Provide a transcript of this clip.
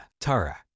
Tara